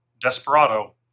Desperado